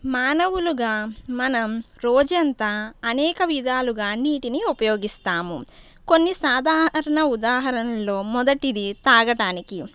మానవులుగా మనం రోజంతా అనేక విధాలుగా నీటిని ఉపయోగిస్తాము కొన్ని సాధారణ ఉదాహరణలో మొదటిది తాగటానికి